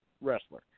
wrestler